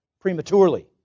prematurely